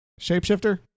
Shapeshifter